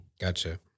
Gotcha